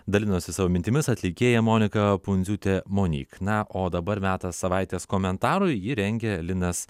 dalinosi savo mintimis atlikėja monika pundziūtė monik na o dabar metas savaitės komentarui jį rengia linas